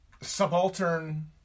subaltern